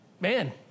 man